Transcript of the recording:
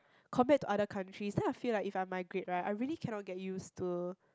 compared to other countries then I feel like if I migrate right I really cannot get used to